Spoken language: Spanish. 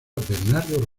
bernardo